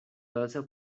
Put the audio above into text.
also